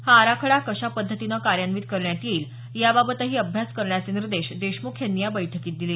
हा आराखडा कशा पद्धतीनं कार्यान्वित करण्यात येईल या बाबतही अभ्यास करण्याचे निर्देश देशमुख यांनी या बैठकीत दिले